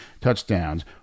touchdowns